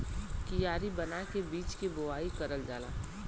कियारी बना के बीज के बोवाई करल जाला